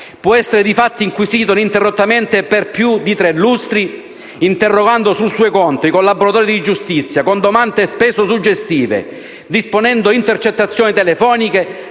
può essere di fatto inquisito ininterrottamente per più di tre lustri, interrogando sul suo conto i collaboratori di giustizia con domande spesso suggestive, disponendo intercettazioni telefoniche,